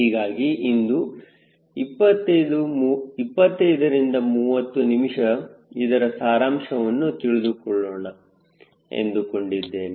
ಹೀಗಾಗಿ ಇಂದು 25 30 ನಿಮಿಷ ಇದರ ಸಾರಾಂಶವನ್ನು ತಿಳಿದುಕೊಳ್ಳೋಣ ಎಂದುಕೊಂಡಿದ್ದೇನೆ